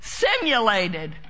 simulated